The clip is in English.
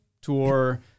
tour